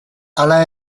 hala